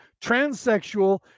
transsexual